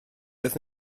oedd